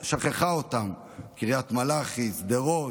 קריית מלאכי, שדרות,